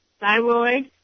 thyroid